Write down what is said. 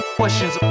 questions